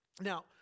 Now